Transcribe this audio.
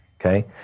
Okay